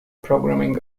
programming